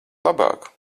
labāk